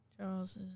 Charles